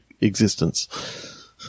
existence